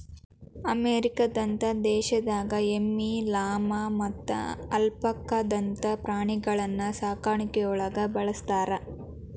ಅಮೇರಿಕದಂತ ದೇಶದಾಗ ಎಮ್ಮಿ, ಲಾಮಾ ಮತ್ತ ಅಲ್ಪಾಕಾದಂತ ಪ್ರಾಣಿಗಳನ್ನ ಸಾಕಾಣಿಕೆಯೊಳಗ ಬಳಸ್ತಾರ